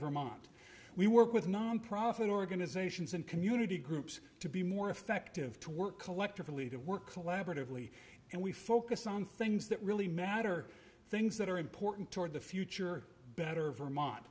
vermont we work with nonprofit organizations and community groups to be more effective to work collectively to work collaboratively and we focus on things that really matter things that are important toward the future better vermont